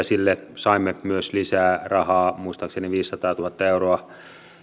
sille saimme myös lisää rahaa muistaakseni viisisataatuhatta euroa